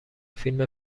فیلم